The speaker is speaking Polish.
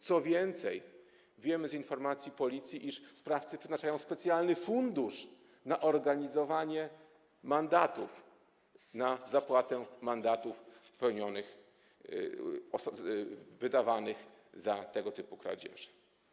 Co więcej, wiemy z informacji Policji, iż sprawcy przeznaczają specjalny fundusz na organizowanie mandatów, na zapłatę mandatów wydawanych za tego typu kradzieże.